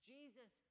Jesus